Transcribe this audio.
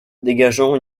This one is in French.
dégageant